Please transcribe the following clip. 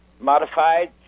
modified